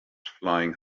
flying